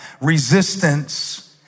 resistance